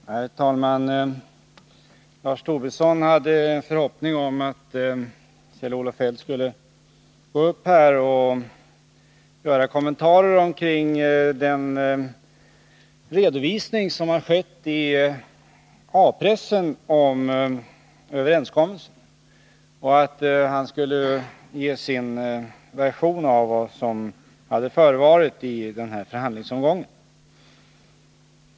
Herr talman! Lars Tobisson hade en förhoppning om att Kjell-Olof Feldt Onsdagen den skulle gå upp och göra kommentarer omkring den redovisning av överens =& maj 1981 kommelsen som har lämnats i A-pressen och att Kjell-Olof Feldt skulle ge sin version av vad som hade förevarit i den här förhandlingsomgången.